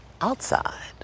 outside